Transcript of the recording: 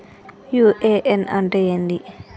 UAN అంటే ఏంది?